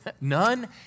none